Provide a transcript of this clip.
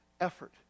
effort